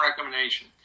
recommendation